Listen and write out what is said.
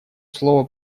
слово